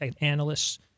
analysts